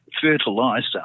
fertilizer